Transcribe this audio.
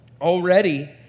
Already